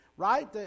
Right